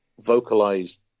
vocalized